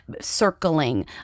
circling